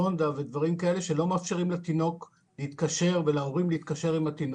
זונדה ודברים כאלה שלא מאפשרים לתינוק ולהורים להתקשר זה עם זה.